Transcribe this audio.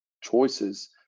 choices